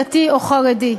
דתי או חרדי.